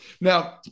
Now